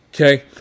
okay